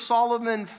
Solomon